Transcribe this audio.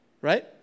right